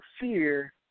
fear